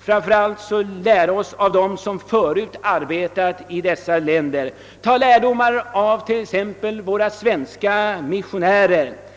Framför' allt borde vi lära oss av dem som förut arbetat i dessa länder. Vi borde ta lärdomar av t.ex. våra svenska missionärer.